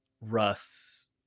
Russ